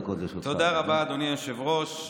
רבה, אדוני היושב-ראש.